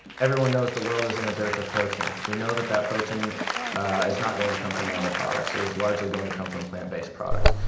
everyone knows the world is and a dearth of protein. we know that that protein is not going to come from animal products, it is largely going to come from plant-based products.